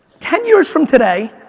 ten years from today,